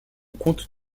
compte